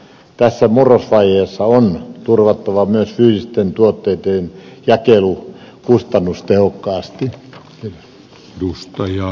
tässä murrosvaiheessa on turvattava myös fyysisten tuotteitten jakelu kustannustehokkaasti